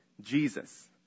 Jesus